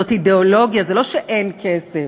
זאת אידיאולוגיה, זה לא שאין כסף.